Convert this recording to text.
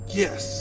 yes